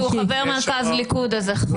אם הוא חבר מרכז ליכוד, זה חוקי.